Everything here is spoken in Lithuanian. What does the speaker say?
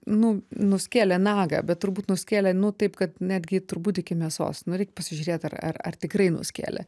nu nuskėlė nagą bet turbūt nuskėlė nu taip kad netgi turbūt iki mėsos nu reik pasižiūrėt ar ar tikrai nuskėlė